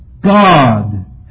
God